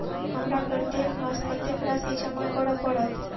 हमरा प्रत्येक मास कत्तेक राशि जमा करऽ पड़त?